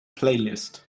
playlist